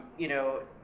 you know,